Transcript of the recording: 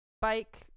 Bike